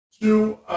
two